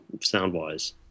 sound-wise